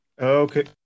Okay